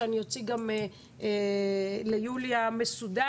שאני אוציא גם ליוליה מסודר,